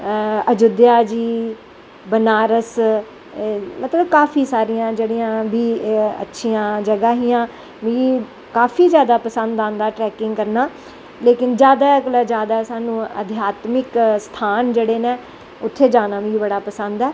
अयोध्या जी बनीरस मतलव काफी सारियां जेह्ड़ियां बी अच्छियां जगह हियां मिगी काफी जादा पसंद आंदा ट्रैकिंग करनां लेकिन जादा कोला दा जादा जेह्के अध्यात्मिक स्थान उत्थें जाना मिगी जेह्का बड़ा पसंद ऐ